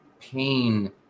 pain